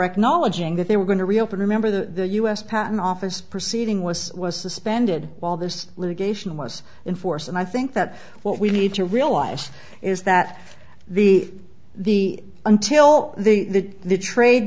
acknowledging that they were going to reopen remember the us patent office proceeding was was suspended while this litigation was in force and i think that what we need to realize is that the the until the the t